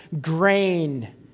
grain